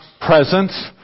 presence